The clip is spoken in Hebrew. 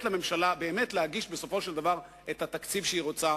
לממשלה להגיש באמת את התקציב שהיא רוצה,